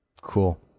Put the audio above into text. Cool